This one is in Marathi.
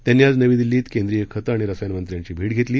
त्यांनी आज नवी दिल्लीत केंद्रीय खतं आणि रसायन मंत्र्यांची भेट घेतली